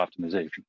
optimization